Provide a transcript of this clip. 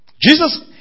Jesus